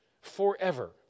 forever